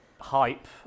hype